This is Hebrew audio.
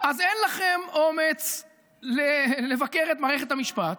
אז אין לכם אומץ לבקר את מערכת המשפט,